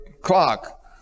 clock